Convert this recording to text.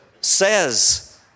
says